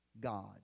God